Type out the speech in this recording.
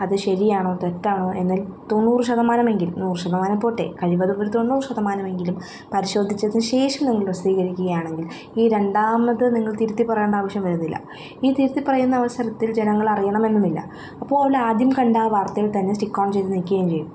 അത് ശരിയാണോ തെറ്റാണോ എന്നതിൽ തൊണ്ണൂറ് ശതമാനം എങ്കിലും നൂറ് ശതമാനം പോട്ടെ കഴിവതും ഒരു തൊണ്ണൂറ് ശതമാനം എങ്കിലും പരിശോധിച്ചതിന് ശേഷം നിങ്ങൾ പ്രസിദ്ധീകരിക്കുകയാണെങ്കിൽ ഈ രണ്ടാമത് നിങ്ങൾ തിരുത്തി പറയേണ്ട ആവശ്യം വരുന്നില്ല ഈ തിരുത്തി പറയുന്ന അവസരത്തിൽ ജനങ്ങൾ അറിയണമെന്നുമില്ല അപ്പോൾ ആദ്യം കണ്ട വാർത്തയിൽ തന്നെ സ്റ്റിക്ക് ഓൺ ചെയ്തുനിൽക്കുകയും ചെയ്യും